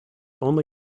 only